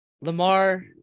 Lamar